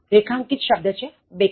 રેખાંકિત શબ્દ છે back side